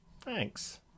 Thanks